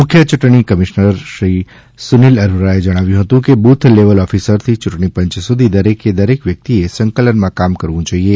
મુખ્ય ચૂંટણી આયુક્ત શ્રી સુનિલ અરોરાએ જણાવ્યું હતું કે બુથ લેવલ ઓફિસરથી યૂંટણી પંચ સુધી દરેકે દરેક વ્યક્તિએ સંકલનમાં કામ કરવું જોઇએ